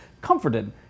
comforted